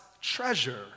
treasure